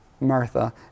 Martha